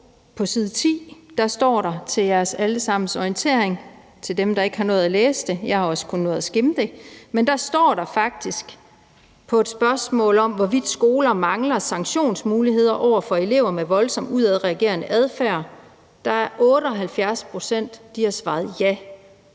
På side 10 står der til jeres allesammens orientering – til dem, der ikke har nået at læse det; jeg har også kun nået at skimme det – at 78 pct. faktisk har svaret ja til et spørgsmål om, hvorvidt skoler mangler sanktionsmuligheder over for elever med voldsomt udadreagerende adfærd. Så nu har vi et